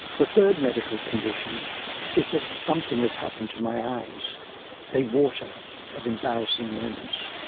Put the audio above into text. the third medical condition is that something has happened to my eyes they water at embarrassing moments.